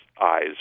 eyes